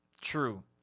True